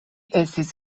estis